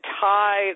tie